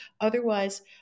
Otherwise